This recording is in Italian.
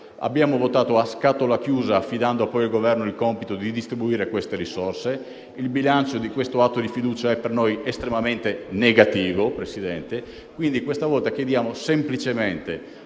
abbiamo votato a scatola chiusa, affidando poi al Governo il compito di distribuire le risorse. Il bilancio di questo atto di fiducia è per noi estremamente negativo. Quindi, questa volta chiediamo semplicemente